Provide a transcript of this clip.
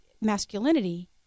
masculinity